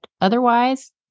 Otherwise